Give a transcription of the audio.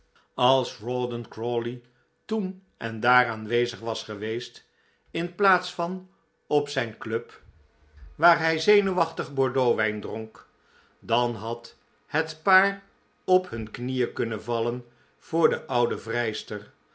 als rawdon crawley toen en daar aanwezig was geweest in plaats van op zijn club waar hij zenuwachtig bordeauxwijn dronk dan had het paar op hun knieen kunnen vallen voor de oudc vrijster